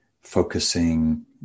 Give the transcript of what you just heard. focusing